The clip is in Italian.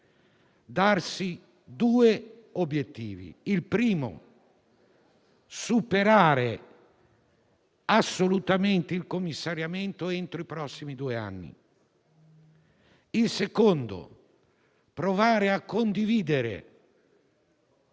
darsi due obiettivi: il primo, superare assolutamente il commissariamento entro i prossimi due anni; il secondo, provare a condividere,